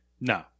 No